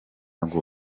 ngo